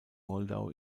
moldau